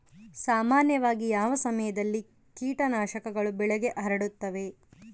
ಸಾಮಾನ್ಯವಾಗಿ ಯಾವ ಸಮಯದಲ್ಲಿ ಕೇಟನಾಶಕಗಳು ಬೆಳೆಗೆ ಹರಡುತ್ತವೆ?